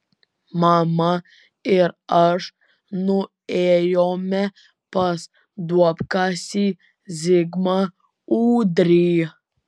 mama ir aš nuėjome pas duobkasį zigmą ūdrį